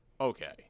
Okay